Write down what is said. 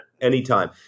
anytime